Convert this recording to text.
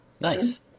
Nice